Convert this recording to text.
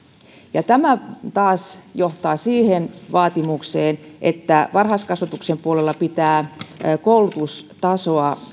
tämä taas johtaa siihen vaatimukseen että varhaiskasvatuksen puolella pitää henkilöstön koulutustasoa